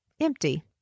empty